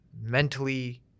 mentally